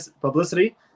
publicity